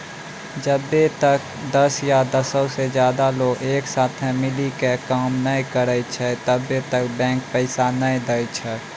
जब्बै तक दस या दसो से ज्यादे लोग एक साथे मिली के काम नै करै छै तब्बै तक बैंक पैसा नै दै छै